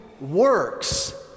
works